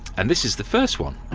and this is the first one.